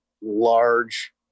large